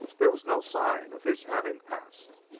there was no sign of his having passed.